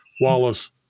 Wallace